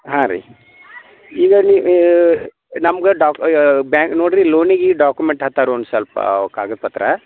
ಹಾಂ ರೀ ಈಗ ನೀವು ನಮ್ಗೆ ಡಾಕ್ ಬ್ಯಾಂಕ್ ನೋಡಿರಿ ಲೋನಿಗೆ ಡಾಕುಮೆಂಟ್ ಹತ್ತಾರು ಒಂದು ಸ್ವಲ್ಪ ಕಾಗದ ಪತ್ರ